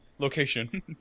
Location